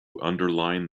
underline